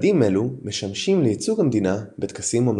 - מדים אלו משמשים לייצוג המדינה בטקסים ממלכתיים.